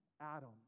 Adam